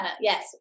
yes